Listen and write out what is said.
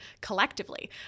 collectively